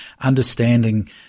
understanding